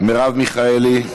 מרב מיכאלי,